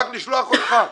רק לשלוח אותך.